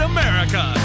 America